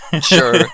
Sure